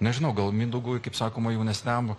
nežinau gal mindaugui kaip sakoma jaunesniam